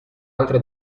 altre